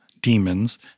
demons